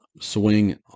swing